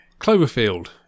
Cloverfield